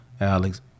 Alex